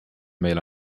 meil